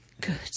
Good